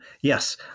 yes